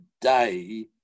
day